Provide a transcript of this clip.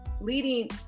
leading